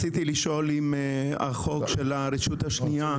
רציתי לשאול אם החוק של הרשות השנייה,